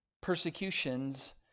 persecutions